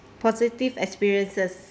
positive experiences